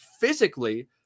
physically